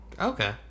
Okay